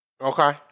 Okay